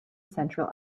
central